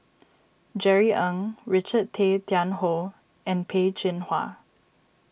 Jerry Ng Richard Tay Tian Hoe and Peh Chin Hua